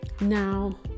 now